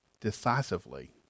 decisively